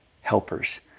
helpers